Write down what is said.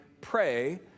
pray